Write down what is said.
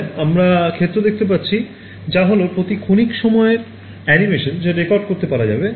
হ্যাঁ আমরা ক্ষেত্র দেখতে পাচ্ছি যা হল প্রতি ক্ষণিক সময়ে অ্যানিমেশন যা রেকর্ড করতে পারা যাবে